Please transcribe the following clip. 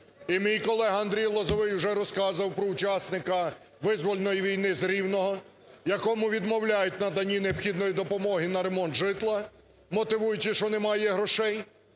мій колега Андрій Лозовий вже розказував про учасника визвольної війни з Рівного, якому відмовляють у наданні необхідної допомоги на ремонт житла, мотивуючи, що немає грошей,